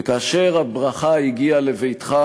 וכאשר הברכה הגיעה לביתך